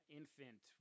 infant